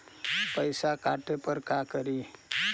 पैसा काटे पर का करि?